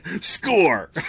Score